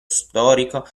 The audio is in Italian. storico